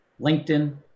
LinkedIn